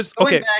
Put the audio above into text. Okay